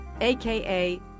aka